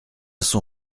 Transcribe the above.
son